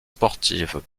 sportive